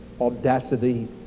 audacity